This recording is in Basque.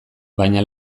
baina